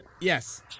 yes